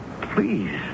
Please